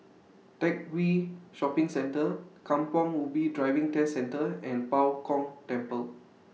Teck Whye Shopping Centre Kampong Ubi Driving Test Centre and Bao Gong Temple